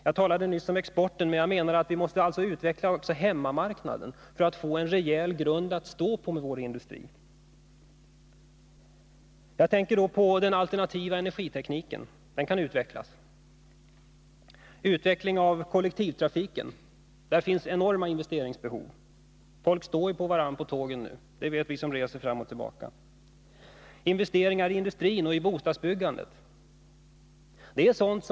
Jag talade nyss om exporten, men jag menar att vi måste utveckla också hemmamarknaden för att vår industri skall få en rejäl grund att stå på. Jag tänker då på den alternativa energitekniken. Den kan utvecklas. Inom kollektivtrafiken finns enorma investeringsbehov — folk står ju på varandra på tågen, det vet vi som ofta är ute och reser. Också i industrin och i bostadsbyggandet behövs investeringar.